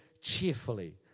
cheerfully